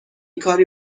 کاری